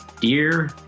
Dear